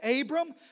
Abram